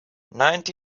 ninety